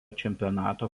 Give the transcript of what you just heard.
čempionato